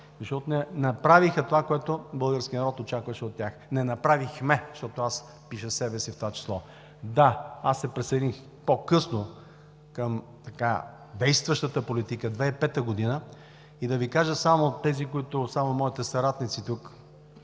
Защото не направиха това, което българският народ очакваше от тях – не направихме, защото аз пиша себе си в това число. Да, аз се присъединих по-късно към действащата политика – 2005 г., и да Ви кажа само – моите съратници тук,